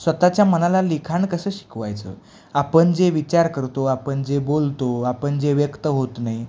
स्वतःच्या मनाला लिखाण कसं शिकवायचं आपण जे विचार करतो आपण जे बोलतो आपण जे व्यक्त होत नाही